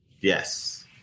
Yes